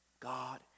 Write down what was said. God